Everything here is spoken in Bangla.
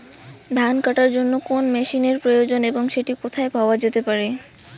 ধান কাটার জন্য কোন মেশিনের প্রয়োজন এবং সেটি কোথায় পাওয়া যেতে পারে?